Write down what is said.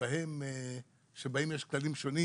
שבהן יש כללים שונים,